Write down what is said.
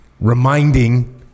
reminding